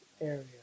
area